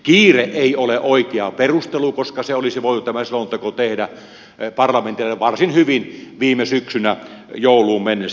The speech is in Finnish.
kiire ei ole oikea perustelu koska tämä selonteko olisi voitu tehdä parlamentille varsin hyvin viime syksynä jouluun mennessä